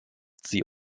sie